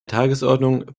tagesordnung